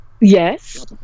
Yes